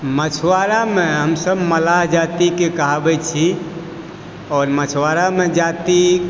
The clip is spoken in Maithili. मछुआरामे हमसभ मल्लाह जातिके कहाबय छी आओर मछुआरामे जाति